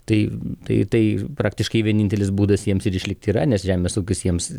tai tai tai praktiškai vienintelis būdas jiems ir išlikti yra nes žemės ūkis jiems